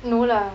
no lah